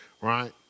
right